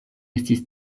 estis